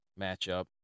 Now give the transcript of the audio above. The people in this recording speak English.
matchup